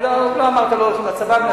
לא אמרתי לא הולכים לצבא.